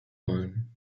wollen